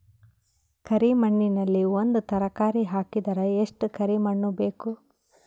ಕರಿ ಮಣ್ಣಿನಲ್ಲಿ ಒಂದ ತರಕಾರಿ ಹಾಕಿದರ ಎಷ್ಟ ಕರಿ ಮಣ್ಣು ಬೇಕು?